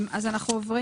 הצבעה לא אושר.